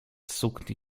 sukni